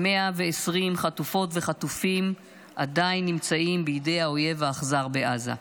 120 חטופות וחטופים עדיין נמצאים בידי האויב האכזר בעזה,